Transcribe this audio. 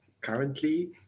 currently